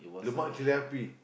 lemak chili api